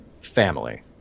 family